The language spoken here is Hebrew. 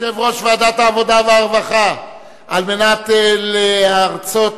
לספר החוקים של מדינת ישראל,